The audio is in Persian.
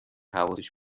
حواسش